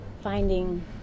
finding